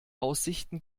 aussichten